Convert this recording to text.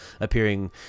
appearing